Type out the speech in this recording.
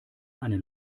einen